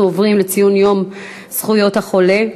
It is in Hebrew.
אנחנו עוברים לציון יום זכויות החולה.